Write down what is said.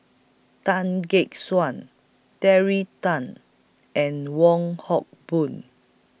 Tan Gek Suan Terry Tan and Wong Hock Boon